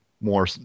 more